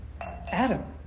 Adam